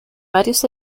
varios